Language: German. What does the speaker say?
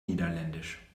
niederländisch